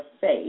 faith